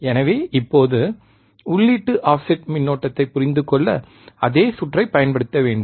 எனவே இப்போது உள்ளீட்டு ஆஃப்செட் மின்னோட்டத்தைப் புரிந்துகொள்ள அதே சுற்றை பயன்படுத்த வேண்டும்